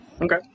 Okay